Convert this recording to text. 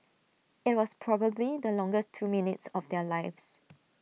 IT was probably the longest two minutes of their lives